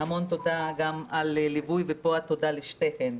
המון תודה גם על הליווי, ופה התודה לשתיכן.